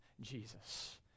Jesus